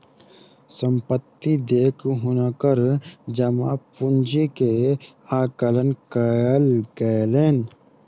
संपत्ति देख हुनकर जमा पूंजी के आकलन कयल गेलैन